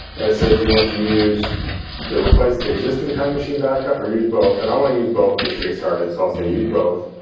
and it says do you want to use to replace the existing time machine backup or used both? and i want to use both just get started so say use both